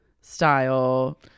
style